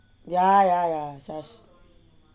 ya ya ya